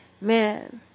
Man